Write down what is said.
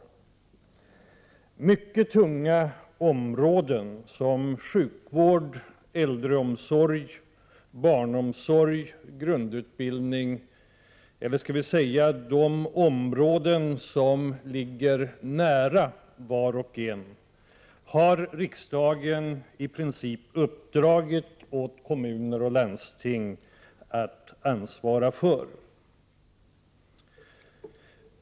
Mycket tunga områden såsom sjukvården, äldreomsorgen, barnomsorgen, grundutbildningen, ja, de områden som ligger nära var och en har riksdagen i princip uppdragit åt kommuner och landsting att ansvara för.